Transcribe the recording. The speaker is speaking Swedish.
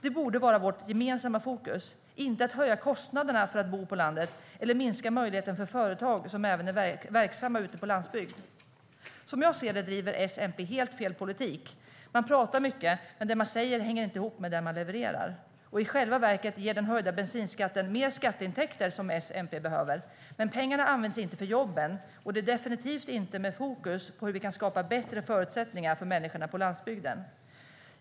Det borde vara vårt gemensamma fokus, inte att höja kostnaderna för att bo på landet eller minska möjligheten för företag som är verksamma på landsbygden. Som jag ser det driver S-MP helt fel politik. Man pratar mycket, men det man säger hänger inte ihop med det man levererar. I själva verket ger den höjda bensinskatten mer skatteintäkter som S-MP behöver, men pengarna används inte för jobben och definitivt inte med fokus på hur vi kan skapa bättre förutsättningar för människorna på landsbygden.